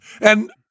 And-